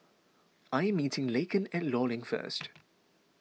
I am meeting Laken at Law Link first